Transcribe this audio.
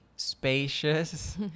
spacious